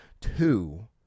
Two